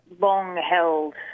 long-held